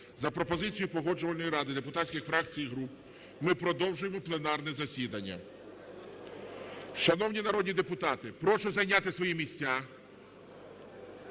за пропозицією Погоджувальної ради депутатських фракцій і груп ми продовжуємо пленарне засідання. Шановні народні депутати, прошу зайняти свої місця.